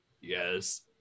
Yes